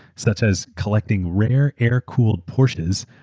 such as collecting rare air-cooled porsches,